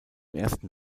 ersten